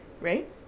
right